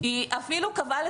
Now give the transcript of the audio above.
היא קבעה את הכפיפות שלה,